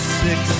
six